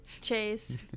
Chase